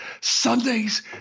Sundays